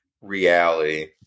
reality